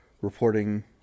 reporting